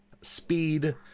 speed